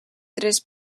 tres